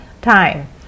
time